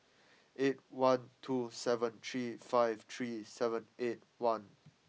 eight one two seven three five three seven eight one